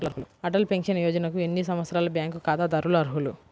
Atal pension యోజనకు ఎన్ని సంవత్సరాల బ్యాంక్ ఖాతాదారులు అర్హులు?